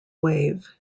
wave